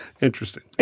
Interesting